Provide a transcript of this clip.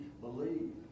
believe